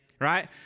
right